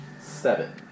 Seven